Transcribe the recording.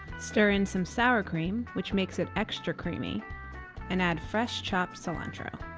stir in some sour cream which makes it extra creamy and add fresh chopped cilantro.